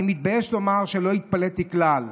אני מתבייש לומר שלא התפלאתי כלל.